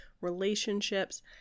relationships